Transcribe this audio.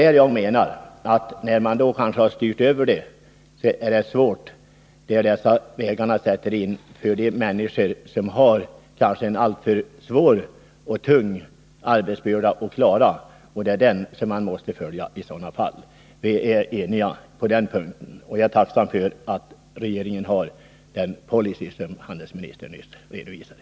Men vad jag menar är att när man skjutfält för Skövkanske har styrt över den illegala invandringen på dessa andra vägar, får de människor som skall bevaka dem en alltför svår och tung arbetsbörda, och det är den utvecklingen man måste följa med vaksamhet. Vi är eniga på den punkten. Jag är tacksam för att regeringen har den policy som handelsministern nyss redovisade.